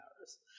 hours